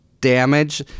damage –